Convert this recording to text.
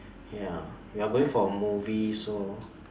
ya we are going for a movie so